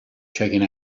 checking